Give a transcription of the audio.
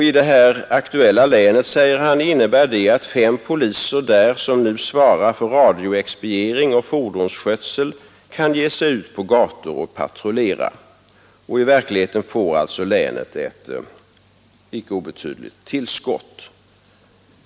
I det här aktuella länet innebär det att fem poliser dä radioexpediering och fordonsskötsel, kan ge sig ut på gator och patrullera. I verkligheten får alltså länet ett icke obetydligt tillskott.